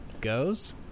goes